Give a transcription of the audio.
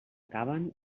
caben